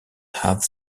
have